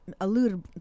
alluded